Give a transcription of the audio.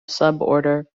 suborder